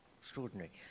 extraordinary